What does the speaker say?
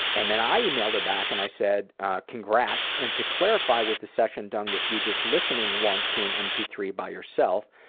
and then i emailed her back and said congrats! and to clarify, was the session done with you just listening once to an m p three by yourself?